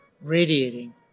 radiating